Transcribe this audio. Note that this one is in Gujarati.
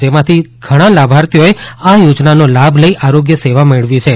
જેમાંથી ઘણા લાભાર્થીઓએ આ યોજનાનો લાભ લઇ આરોગ્ય સેવા મેળવી છે